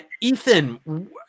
Ethan